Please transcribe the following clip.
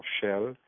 Shell